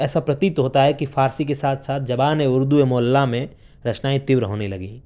ایسا پرتیکت ہوتا ہے کہ فارسی کے ساتھ ساتھ جوان اردو معلیٰ میں رچنائیں تور ہونے لگی